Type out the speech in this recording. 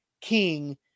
king